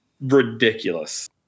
ridiculous